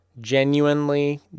genuinely